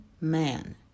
man